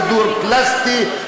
כדור פלסטיק,